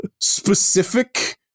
specific